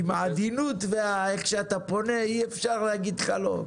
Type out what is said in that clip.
עם העדינות ואיך שאתה פונה אי אפשר להגיד לך לא.